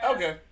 Okay